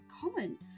common